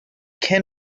can